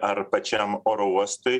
ar pačiam oro uostui